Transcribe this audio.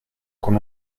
con